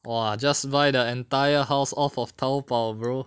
!wah! just buy the entire house off of Taobao